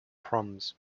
proms